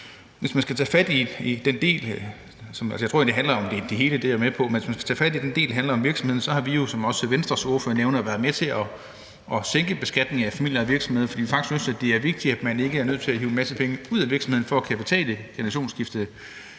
Hvis man skal tage fat i den del – det handler det hele om; det er jeg med på – der handler om virksomhederne, har vi jo, som også Venstres ordfører nævner, været med til at sænke beskatningen af familieejede virksomheder, fordi vi faktisk synes, det er vigtigt, at man ikke er nødt til at hive en masse penge ud af virksomheden til generationsskiftebeskatningen,